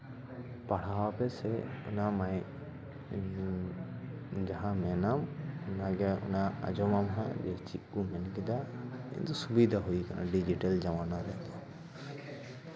ᱯᱟᱲᱦᱟᱣ ᱟᱯᱮ ᱥᱮ ᱚᱱᱟ ᱢᱟᱭᱤᱠ ᱡᱟᱦᱟᱸ ᱢᱮᱱᱚᱜ ᱚᱱᱟᱜᱮ ᱚᱱᱟ ᱟᱸᱡᱚᱢ ᱟᱢ ᱦᱟᱸᱜ ᱡᱮ ᱪᱮᱫ ᱠᱚ ᱢᱮᱱ ᱠᱮᱫᱟ ᱠᱤᱱᱛᱩ ᱥᱩᱵᱤᱫᱷᱟ ᱦᱩᱭ ᱟᱠᱟᱱᱟ ᱰᱤᱡᱤᱴᱮᱞ ᱡᱟᱢᱟᱱᱟ ᱨᱮ